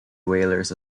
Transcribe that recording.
whalers